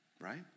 right